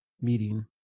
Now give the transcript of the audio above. meeting